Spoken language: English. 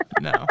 No